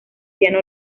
piano